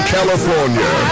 California